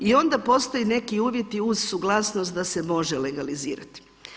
I onda postoje neki uvjeti uz suglasnost da se može legalizirati.